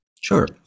Sure